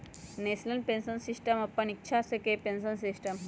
national pension system अप्पन इच्छा के पेंशन सिस्टम हइ